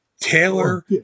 Taylor